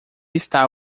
está